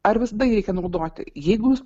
ar visada jį reikia naudoti jeigu jūs